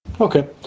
Okay